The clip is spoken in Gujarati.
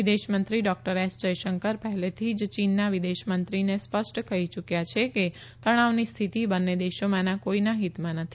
વિદેશ મંત્રી ડોક્ટર એસ જયશંકર પહેલેથી જ ચીનના વિદેશ મંત્રીને સ્પષ્ટ કહી યુક્યા છે કે તણાવની સ્થિતિ બંને દેશોમાંના કોઈના હિતમાં નથી